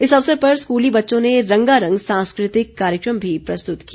इस अवसर पर स्कूली बच्चों ने रंगारंग सांस्कृतिक कार्यक्रम भी प्रस्तुत किया